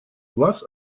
глаз